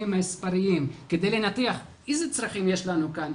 המספריים כדי לנתח איזה צרכים יש לנו כאן.